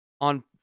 on